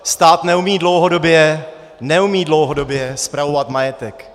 Stát neumí dlouhodobě neumí dlouhodobě spravovat majetek.